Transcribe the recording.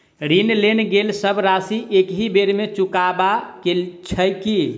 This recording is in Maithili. ऋण लेल गेल सब राशि एकहि बेर मे चुकाबऽ केँ छै की?